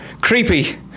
creepy